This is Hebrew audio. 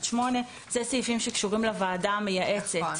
זה סעיפים שקשורים לוועדה המייעצת.